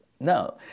No